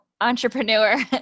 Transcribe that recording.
entrepreneur